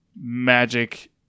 magic